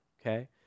okay